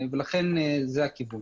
לכן זה הכיוון.